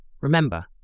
Remember